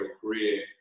career